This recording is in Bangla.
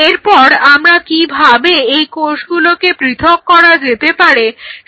এরপর আমরা কিভাবে এই কোষগুলোকে পৃথক করা যেতে পারে সেই ব্যাপারে আলোচনা করব